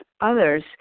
others